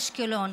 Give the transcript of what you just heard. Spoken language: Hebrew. אשקלון.